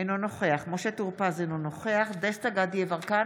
אינו נוכח משה טור פז, אינו נוכח דסטה גדי יברקן,